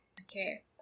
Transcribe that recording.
okay